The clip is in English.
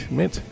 met